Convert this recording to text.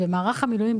במערך המילואים,